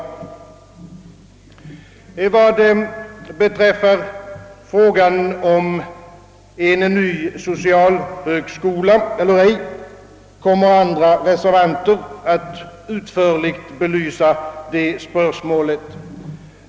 Frågan om inrättande av en ny socialhögskola eller ej kommer andra reservanter att utförligt belysa.